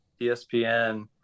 ESPN